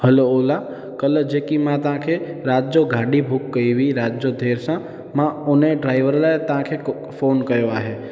हलो ओला कल जेकी मां तव्हां खे राति जो गाॾी बुक कयी हुई राति जो देरि सां मां उन ड्राईवर लाइ तव्हां खे क फोन कयो आहे